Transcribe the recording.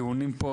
טעונים.